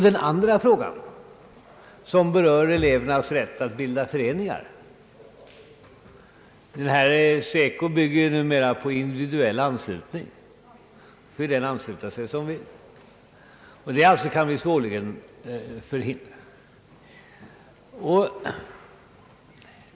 Den andra frågan berör elevernas rätt att bilda föreningar. SECO bygger numera på individuell anslutning. Den som vill får alltså ansluta sig; det kan vi svårligen förhindra.